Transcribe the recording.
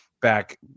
back